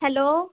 hello